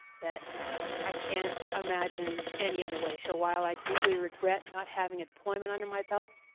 that i can't imagine any other way. so while i deeply regret not having deployment under my belt,